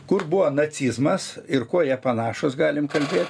kur buvo nacizmas ir kuo jie panašūs galim kalbėt